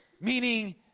meaning